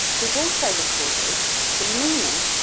we've also recorded the meaning,